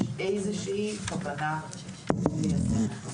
יש איזו שהיא כוונה ליישם אותו.